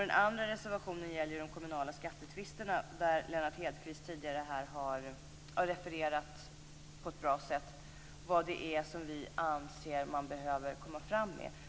Den andra reservationen gäller de kommunala skattetvisterna, där Lennart Hedquist tidigare här har refererat på ett bra sätt vad det är vi anser att man behöver komma fram med.